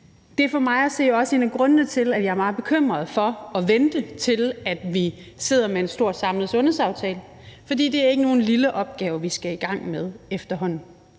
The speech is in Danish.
det er for mig at se også en af grundene til, at jeg er meget bekymret for at vente, indtil vi sidder med en stor, samlet sundhedsaftale, for det er ikke nogen lille opgave, vi skal i gang med efterhånden.